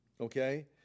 okay